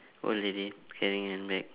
old lady carrying handbag